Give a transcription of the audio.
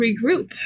regroup